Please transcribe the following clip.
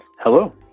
Hello